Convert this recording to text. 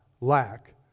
lack